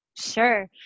Sure